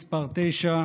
מס' 9,